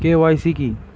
KYC কী?